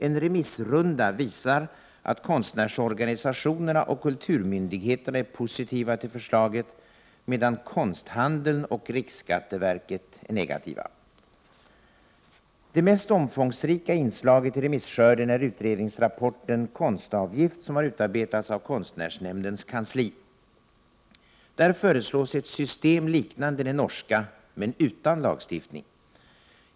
En remissrunda visar att konstnärsorganisationerna och kulturmyndigheterna är positiva till förslaget, medan konsthandeln och riksskatteverket är negativa. Det mest omfångsrika inslaget i remisskörden är utredningsrapporten Konstavgift, som har utarbetats av konstnärsnämndens kansli. Däri föreslås ett system liknande det norska — men utan lagstiftning.